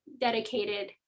dedicated